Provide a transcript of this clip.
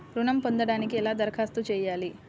ఋణం పొందటానికి ఎలా దరఖాస్తు చేయాలి?